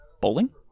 Bowling